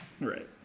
Right